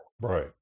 Right